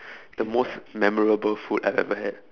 the most memorable food I've ever had